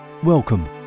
Welcome